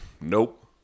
Nope